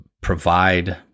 provide